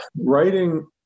writing